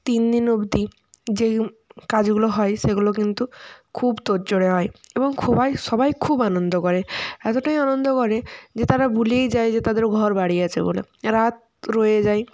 তিনদিন অবধি যে কাজগুলো হয় সেগুলো কিন্তু খুব তোড়জোড়ে হয় এবং সবাই খুব আনন্দ করে এতটাই আনন্দ করে যে তারা ভুলেই যায় যে তাদেরও ঘর বাড়ি আছে বলে রাত রয়ে যায়